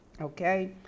Okay